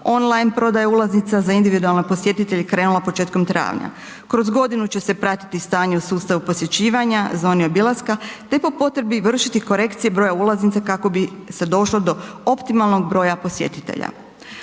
online prodaja ulaznica za individualne posjetitelje je krenula početkom travnja. Kroz godinu će se pratiti stanje u sustavu posjećivanja zoni obilaska te po potrebi vršiti korekcije broja ulaznica kako bi se došlo do optimalnog broja posjetitelja.